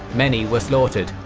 many were slaughtered,